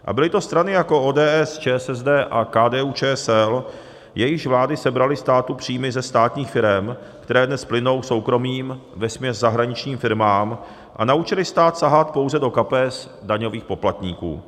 A byly to strany jako ODS, ČSSD a KDUČSL, jejichž vlády sebraly státu příjmy ze státních firem, které dnes plynou soukromým, vesměs zahraničním firmám, a naučily stát sahat pouze do kapes daňových poplatníků.